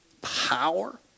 power